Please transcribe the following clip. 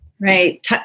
Right